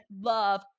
love